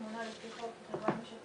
אז נשמע לי סביר שלוש תמונות ולא המצאה